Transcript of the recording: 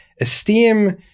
esteem